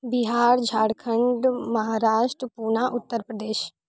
Bihar Jharkhand Maharashtra Poona Uttar Pradesh